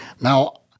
Now